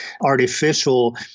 artificial